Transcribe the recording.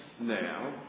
now